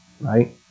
right